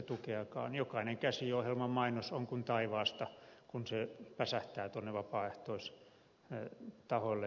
jokainen käsiohjelman mainos on kuin taivaasta kun se päsähtää tuonne vapaaehtoistahoille